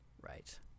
Right